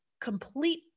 complete